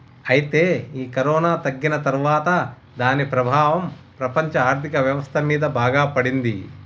అయితే ఈ కరోనా తగ్గిన తర్వాత దాని ప్రభావం ప్రపంచ ఆర్థిక వ్యవస్థ మీద బాగా పడింది